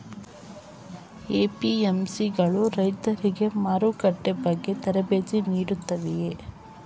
APMC ಗಳು ರೈತರಿಗೆ ಮಾರುಕಟ್ಟೆ ಬಗ್ಗೆ ತರಬೇತಿ ನೀಡುತ್ತವೆಯೇ?